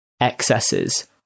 excesses